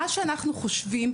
מה שאנחנו חושבים,